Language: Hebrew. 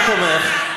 במקומך,